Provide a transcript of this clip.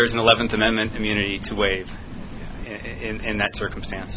there is an eleventh amendment community to wait in that circumstance